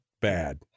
bad